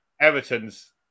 Everton's